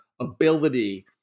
ability